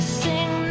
sing